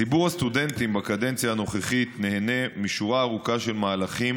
ציבור הסטודנטים נהנה בקדנציה הנוכחית משורה ארוכה של מהלכים